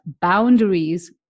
boundaries